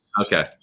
Okay